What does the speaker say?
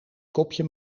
kopje